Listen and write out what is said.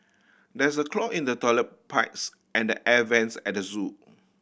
there's a clog in the toilet pipes and the air vents at the zoo